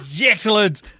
Excellent